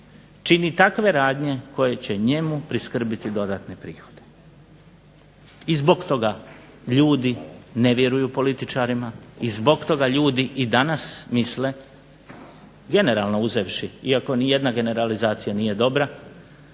čini takve radnje koje će njemu priskrbiti dodatne prihode. I zbog toga ljudi ne vjeruju političarima i zbog toga ljudi danas misle, generalno uzevši iako ni jedna generalizacija nije dobra